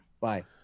Bye